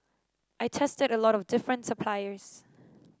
I tested a lot of different suppliers